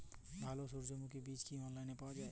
ভালো সূর্যমুখির বীজ কি অনলাইনে পাওয়া যায়?